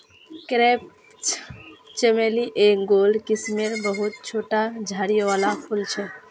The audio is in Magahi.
क्रेप चमेली एक गोल किस्मेर बहुत छोटा झाड़ी वाला फूल छे